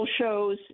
shows